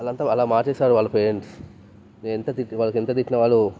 అది అంతా అలా మార్చేసారు వాళ్ళ పేరెంట్స్ నేను ఎంత తిట్టి వాళ్ళు ఎంత తిట్టినా వాళ్ళు